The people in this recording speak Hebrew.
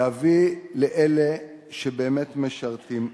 להביא לאלה שבאמת משרתים.